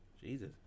Jesus